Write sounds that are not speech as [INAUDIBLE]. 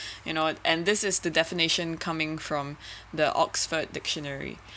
you know and this is the definition coming from [BREATH] the Oxford dictionary